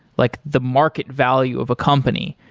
like the market value of a company,